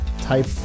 type